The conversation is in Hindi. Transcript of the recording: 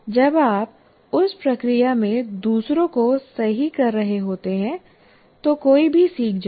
जब आप उस प्रक्रिया में दूसरों को सही कर रहे होते हैं तो कोई भी सीख जाएगा